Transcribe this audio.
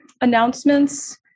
announcements